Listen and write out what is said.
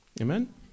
amen